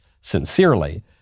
sincerely